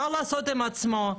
מה לעשות עם עצמו,